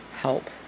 help